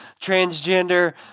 transgender